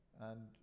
And-